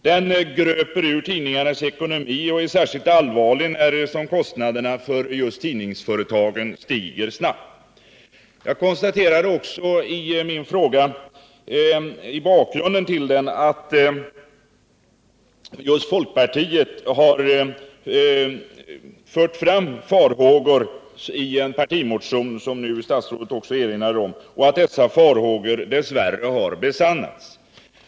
Denna gröper ur tidningarnas ekonomi och är särskilt allvarlig, eftersom kostnaderna för just tidningsföretagen stiger snabbt. Jag konstaterade också när jag angav bakgrunden i min fråga att just folkpartiet i en partimotionhar anfört farhågor, vilket statsrådet nu också erinrar om. Dess värre har dessa farhågor nu besannats.